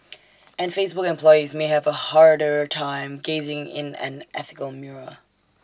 and Facebook employees may have A harder time gazing in an ethical mirror